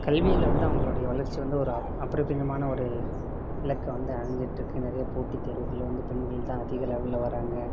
கல்வியில் வந்து அவங்களுடைய வளர்ச்சி வந்து ஒரு ஆப் அபரிவிதமான ஒரு இலக்கை வந்து அடைஞ்சிட்ருக்கு நிறையா போட்டி தேர்வுகள்ல வந்து பெண்கள் தான் அதிக லெவல்ல வராங்க